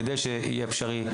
כדי שיהיה אפשרי להגיע לכמה שיותר.